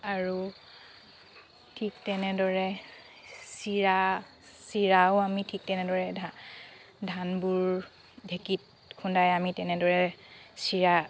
আৰু ঠিক তেনেদৰে চিৰা চিৰাও আমি ঠিক তেনেদৰে ধানবোৰ ঢেঁকীত খুন্দাই আমি তেনেদৰে চিৰা